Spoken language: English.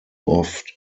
off